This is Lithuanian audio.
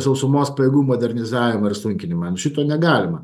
sausumos pajėgų modernizavimą ir sunkinimą nu šito negalima